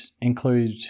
include